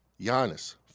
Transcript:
Giannis